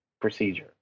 procedure